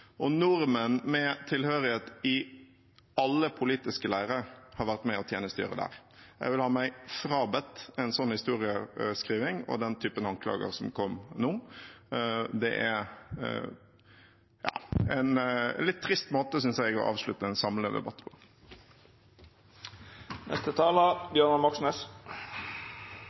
og nordmenn med tilhørighet i alle politiske leire har vært med og tjenestegjort der. Jeg vil ha meg frabedt en slik historieskriving og den typen anklager som kom nå. Det er en litt trist måte å avslutte en samlende debatt på.